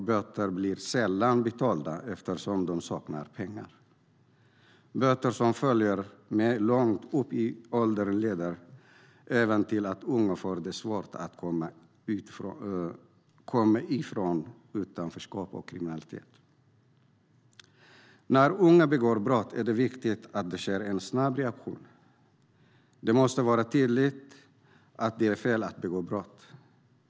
Böter blir sällan betalda, eftersom de saknar pengar, och böter som följer med långt upp i åldern leder även till att unga får det svårt att komma ifrån utanförskapet och kriminaliteten. När unga begår brott är det viktigt att det sker en snabb reaktion. Det måste vara tydligt att det är fel att begå brott.